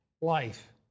life